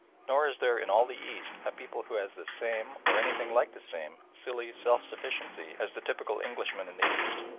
nor is there in all the east a people who has the same, or anything like the same, silly self-sufficiency as the typical englishman in the east.